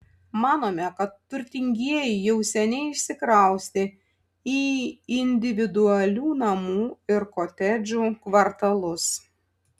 manome kad turtingieji jau seniai išsikraustė į individualių namų ir kotedžų kvartalus